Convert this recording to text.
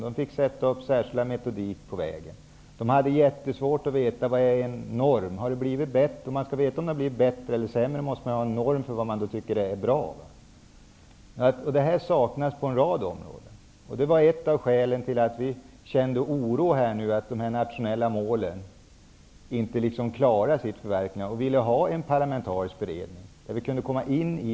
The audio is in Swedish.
Särskild metodik för att kunna mäta detta fick sättas upp. Det var svårt att veta vad som var norm -- för att veta om något har blivit bättre eller sämre måste man ju ha en norm att gå efter. Detta saknas på en rad områden. Det är ett av skälen att vi socialdemokrater känner oro över att de nationella målen inte kan förverkligas. Det var också därför som vi ville ha en parlamentarisk beredning, där vi kan diskutera detta.